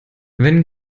wenn